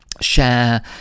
Share